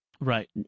Right